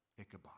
Ichabod